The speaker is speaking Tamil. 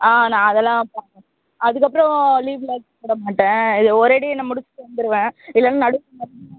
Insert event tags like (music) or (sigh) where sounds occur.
ஆ நான் அதெல்லாம் (unintelligible) அதுக்கப்புறம் லீவுலாம் போட மாட்டேன் இது ஒரேடியாக நான் முடிச்சுட்டு வந்துடுவேன் இல்லைன்னா நடுவில் மறுபடியும் (unintelligible)